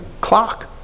clock